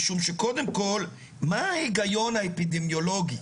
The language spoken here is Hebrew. משום שקודם כל, מהו ההיגיון האפידמיולוגי?